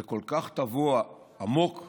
זה כל כך טבוע עמוק בו,